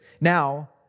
Now